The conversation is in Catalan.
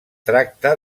tracta